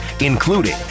including